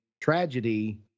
tragedy